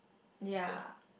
ya